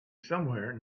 somewhere